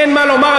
אין מה לומר,